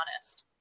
honest